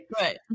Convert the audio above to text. right